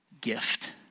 gift